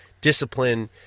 discipline